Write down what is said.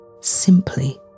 simply